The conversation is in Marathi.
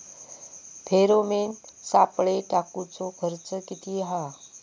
फेरोमेन सापळे टाकूचो खर्च किती हा?